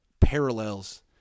parallels